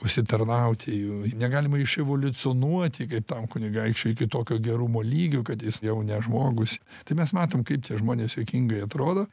užsitarnauti jų negalima iševoliucionuoti tam kunigaikščiui iki tokio gerumo lygio kad jis jau ne žmogus tai mes matom kaip tie žmonės juokingai atrodo